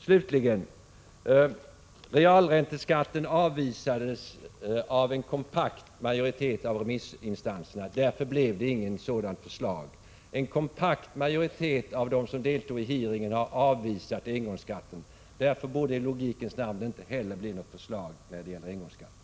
Slutligen: Realränteskatten avvisades av en kompakt majoritet av remissinstanserna, och därför presenterades inget förslag om en sådan. En kompakt majoritet av dem som deltog i hearingarna har avvisat engångsskatten. Därför borde det i logikens namn inte heller ha framlagts något förslag om en engångsskatt.